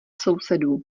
sousedů